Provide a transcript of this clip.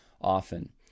often